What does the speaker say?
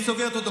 אני סוגרת אותו,